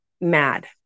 mad